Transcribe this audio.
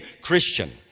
Christian